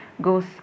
Goes